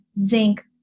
zinc